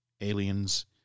aliens